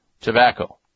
tobacco